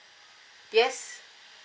yes